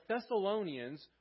Thessalonians